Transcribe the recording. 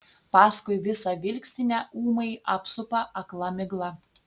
paskui visą vilkstinę ūmai apsupa akla migla